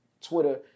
Twitter